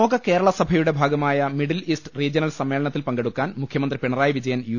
ലോക കേരള സഭയുടെ ഭാഗമായ മിഡിൽ ഈസ്റ്റ് റീജ്യണൽ സമ്മേളനത്തിൽ പങ്കെടുക്കാൻ മുഖ്യമന്ത്രി പിണറായി വിജയൻ യു